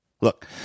Look